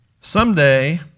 Someday